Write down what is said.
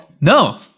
no